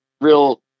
real